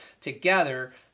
together